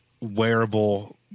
wearable